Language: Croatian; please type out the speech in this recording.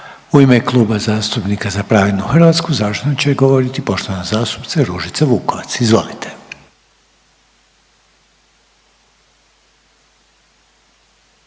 U ime Kluba zastupnika Za pravednu Hrvatsku završno će govoriti poštovana zastupnica Ružica Vukovac. Izvolite.